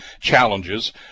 challenges